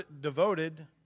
devoted